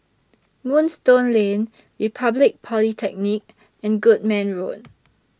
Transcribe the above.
Moonstone Lane Republic Polytechnic and Goodman Road